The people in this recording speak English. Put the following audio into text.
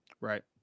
Right